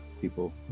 people